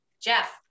jeff